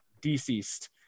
deceased